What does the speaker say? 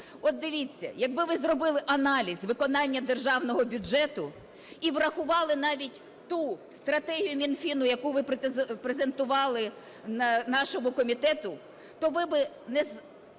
От, дивіться, якби ви зробили аналіз виконання Державного бюджету і врахували навіть ту стратегію Мінфіну, яку ви презентували нашому комітету, то ви б не подали